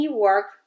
work